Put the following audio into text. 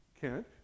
Kent